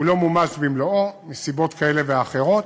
הוא לא מומש במלואו מסיבות כאלה ואחרות.